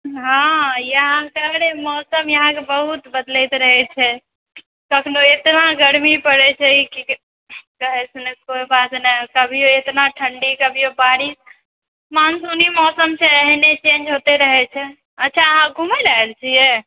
हाँ यहाँ कऽरे मौसम यहाँ कऽबहुत बदलैत रहैत छै कखनो एतना गर्मी पड़ैत छै कि कहै सुनै कऽ बात नहि कभिओ एतना ठण्डी कभिओ बारिश मॉनसून मौसम छै एहने चेन्ज होइते रहैत छै अच्छा अहाँ घुमए लऽ आएल छिऐ